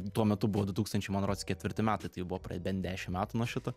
tuo metu buvo du tūkstančiai man rods ketvirti metai tai buvo praėję bent dešim metų nuo šito